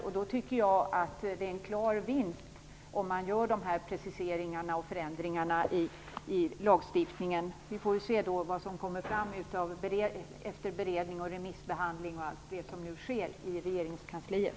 Jag tycker att det är en klar vinst om man gör dessa preciseringar och förändringar i lagstiftningen. Vi får se vad som kommer fram efter beredning, remissbehandling och allt det som nu sker i regeringskansliet.